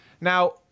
Now